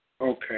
Okay